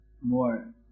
more